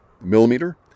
millimeter